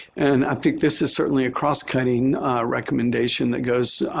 and i think this is certainly a crosscutting recommendation that goes